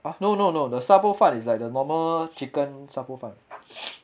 uh no no no the 沙煲饭 is like the normal chicken 沙煲饭